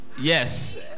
yes